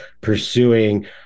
pursuing